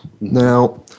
Now